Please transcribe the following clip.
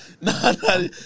no